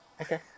okay